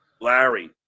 Larry